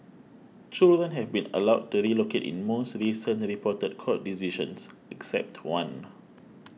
children have been allowed to relocate in most recent reported court decisions except one